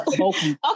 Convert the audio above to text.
Okay